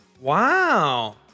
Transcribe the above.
Wow